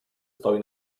stoi